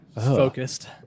Focused